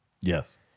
yes